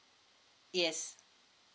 yes